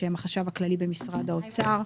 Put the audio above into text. שהם החשב הכללי במשרד האוצר,